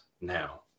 now